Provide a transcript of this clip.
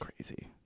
crazy